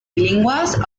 bilingües